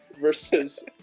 versus